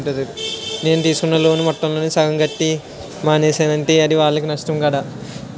నేను తీసుకున్న లోను మొత్తంలో సగం కట్టి మానేసానంటే అది వాళ్ళకే నష్టం కదా